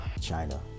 China